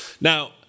Now